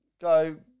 go